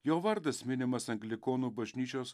jo vardas minimas anglikonų bažnyčios